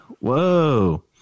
Whoa